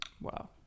Wow